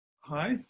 Hi